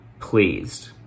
pleased